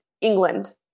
England